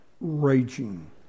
raging